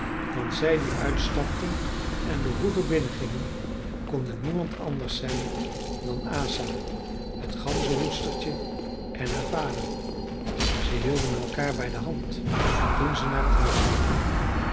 want zij die uitstapten en de hoeve binnengingen konden niemand anders zijn dan asa t ganzenhoedstertje en haar vader ze hielden elkaar bij de hand toen ze naar t huis liepen